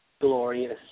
glorious